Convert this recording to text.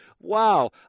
wow